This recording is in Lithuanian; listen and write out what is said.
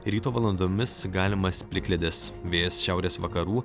ryto valandomis galimas plikledis vėjas šiaurės vakarų